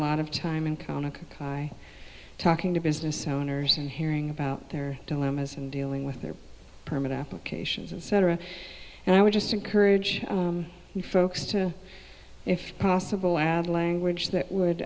lot of time in conoco by talking to business owners and hearing about their dilemmas in dealing with their permit applications and cetera and i would just encourage folks to if possible add language that would